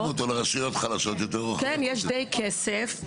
כן, יש די כסף.